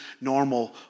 normal